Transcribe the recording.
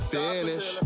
finish